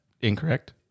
incorrect